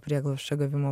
prieglobsčio gavimo